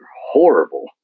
horrible